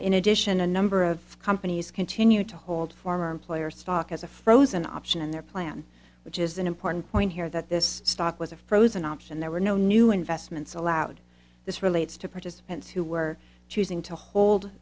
in addition a number of companies continue to hold former employer's stock as a frozen option in their plan which is an important point here that this stock was a frozen option there were no new investments allowed this relates to participants who were choosing to hold